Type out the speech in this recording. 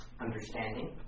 understanding